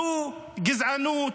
זו גזענות,